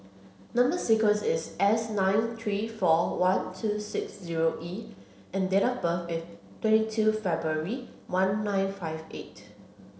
number sequence is S nine three four one two six zero E and date of birth is twenty two February one nine five eight